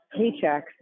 paychecks